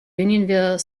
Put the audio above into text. unionville